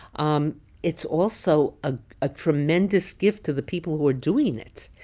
um it's also a ah tremendous gift to the people who are doing it.